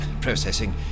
processing